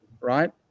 right